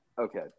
okay